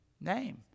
name